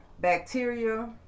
bacteria